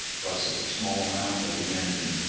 plus a small amount of the engine.